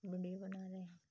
video बना रहे